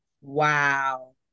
Wow